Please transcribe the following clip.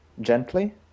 gently